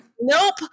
Nope